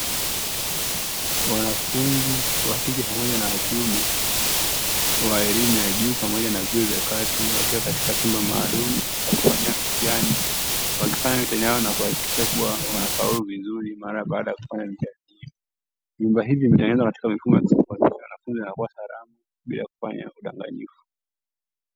Wanafunzi wa kike pamoja na wa kiume, wa elimu ya juu pamoja na vyuo vya kati, wakiwa katika chumba maalumu cha kufanyia mitihani, wakifanya mitihani na kuhakikisha kuwa wanafaulu vizuri mara baada ya kufanya mitihani hiyo. Vyumba hivi ni aina katika mifumo ya kisasa kuhakikisha wanafunzi wanakuwa salama bila kufanya udanganyifu.